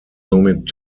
somit